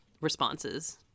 responses